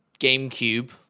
GameCube